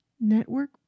network